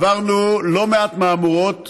עברנו לא מעט מהמורות